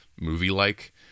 movie-like